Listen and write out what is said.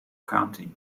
county